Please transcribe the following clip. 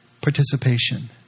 Participation